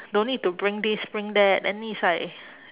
don't need to bring this bring that then is like